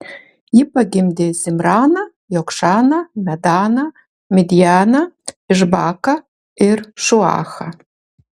ji pagimdė zimraną jokšaną medaną midjaną išbaką ir šuachą